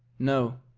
no,